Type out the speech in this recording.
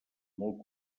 molt